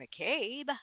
McCabe